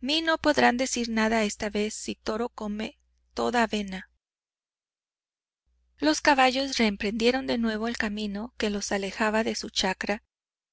mí no podrán decir nada esta vez si toro come toda avena los caballos reemprendieron de nuevo el camino que los alejaba de su chacra